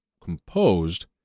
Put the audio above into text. composed